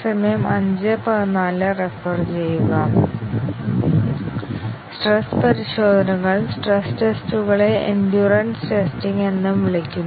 stress പരിശോധനകൾ stress ടെസ്റ്റുകളെ endurance testing എന്നും വിളിക്കുന്നു